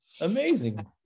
Amazing